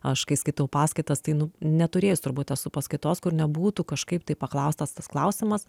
aš kai skaitau paskaitas tai nu neturėjus turbūt esu paskaitos kur nebūtų kažkaip tai paklaustas tas klausimas